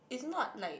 it's not like